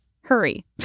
hurry